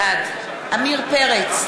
בעד עמיר פרץ,